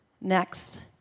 Next